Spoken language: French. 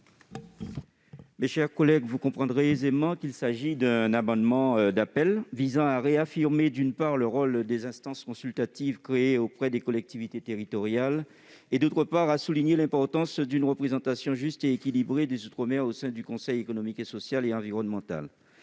Mes chers collègues, vous le comprendrez aisément, il s'agit d'un amendement d'appel visant à réaffirmer, d'une part, le rôle des instances consultatives créées auprès des collectivités territoriales et, d'autre part, à souligner l'importance d'une représentation juste et équilibrée des outre-mer au sein du Conseil économique, social et environnemental.